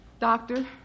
Doctor